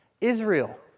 Israel